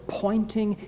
pointing